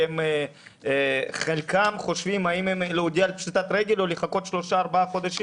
כי חלקם חושבים האם להודיע על פשיטת רגל או לחכות שלושה-ארבעה חודשים,